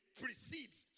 precedes